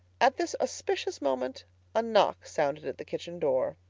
at this auspicious moment a knock sounded at the kitchen door.